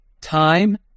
time